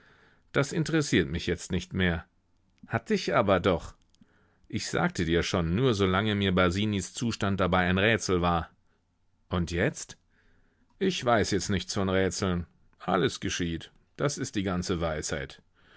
das interessiert mich jetzt nicht mehr hat dich aber doch ich sagte dir schon nur solange mir basinis zustand dabei ein rätsel war und jetzt ich weiß jetzt nichts von rätseln alles geschieht das ist die ganze weisheit